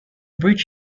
bridge